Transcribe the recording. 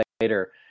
later